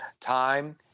time